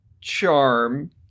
Charm